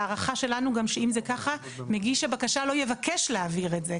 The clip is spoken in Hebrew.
ההערכה שלנו גם שאם זה ככה מגיש הבקשה לא יבקש להעביר את זה,